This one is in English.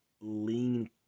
lean